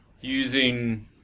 using